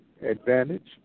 advantage